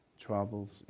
troubles